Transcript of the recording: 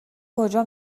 کجا